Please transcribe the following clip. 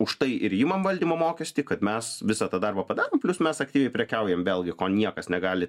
už tai ir imam valdymo mokestį kad mes visą tą darbą padarom plius mes aktyviai prekiaujam vėlgi ko niekas negali